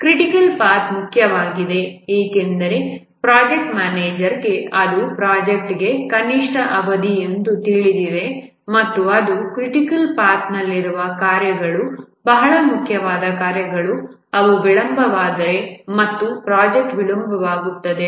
critical path ಮುಖ್ಯವಾಗಿದೆ ಏಕೆಂದರೆ project ಮ್ಯಾನೇಜರ್ಗೆ ಅದು ಪ್ರಾಜೆಕ್ಟ್ಗೆ ಕನಿಷ್ಠ ಅವಧಿ ಎಂದು ತಿಳಿದಿದೆ ಮತ್ತು ಅದು ಕ್ರಿಟಿಕಲ್ ಪಾಥ್ ನಲ್ಲಿರುವ ಕಾರ್ಯಗಳು ಬಹಳ ಮುಖ್ಯವಾದ ಕಾರ್ಯಗಳು ಅವು ವಿಳಂಬವಾದರೆ ಮತ್ತು ಪ್ರಾಜೆಕ್ಟ್ ವಿಳಂಬವಾಗುತ್ತದೆ